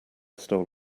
stole